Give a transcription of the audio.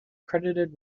credited